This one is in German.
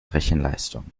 rechenleistung